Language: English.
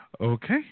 Okay